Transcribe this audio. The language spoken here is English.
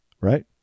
right